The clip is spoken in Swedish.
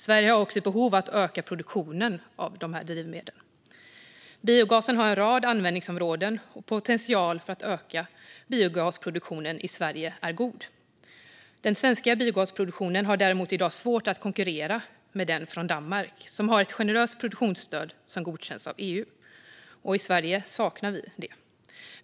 Sverige har också ett behov av att öka produktionen av dessa drivmedel. Biogasen har en rad användningsområden, och potentialen för att öka biogasproduktionen i Sverige är god. Den svenska biogasproduktionen har däremot i dag svårt att konkurrera med den i Danmark, som har ett generöst produktionsstöd som godkänts av EU. I Sverige saknar vi det.